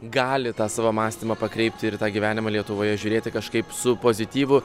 gali tą savo mąstymą pakreipti ir į tą gyvenimą lietuvoje žiūrėti kažkaip su pozityvu